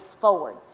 forward